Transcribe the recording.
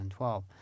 2012